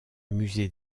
musée